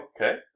okay